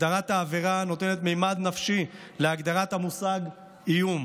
הגדרת העבירה נותנת ממד נפשי להגדרת המושג איום